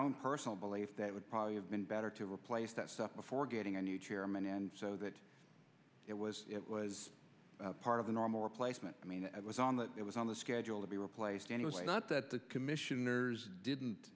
own personal belief that would probably have been better to replace that stuff before getting a new chairman and so that it was it was part of the normal replacement i mean it was on that it was on the schedule to be replaced anyway not that the commissioners didn't